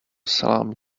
salami